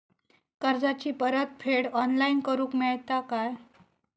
कर्जाची परत फेड ऑनलाइन करूक मेलता काय?